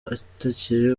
atakiri